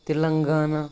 Telangana